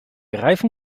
reifen